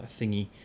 thingy